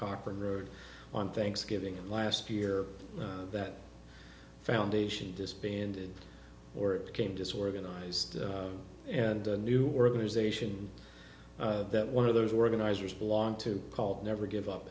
cochran road on thanksgiving and last year that foundation disbanded or it became disorganized and the new organization that one of those organizers belonged to called never give up